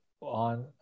on